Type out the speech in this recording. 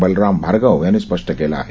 बलराम भार्गव यांनी स्पष्ट केलं आहे